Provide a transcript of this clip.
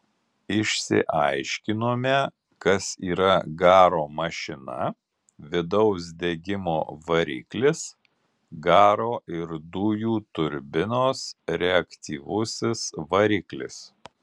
išsiaiškinome kas yra garo mašina vidaus degimo variklis garo ir dujų turbinos reaktyvusis variklis